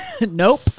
Nope